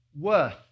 worth